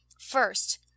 First